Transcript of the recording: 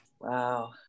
Wow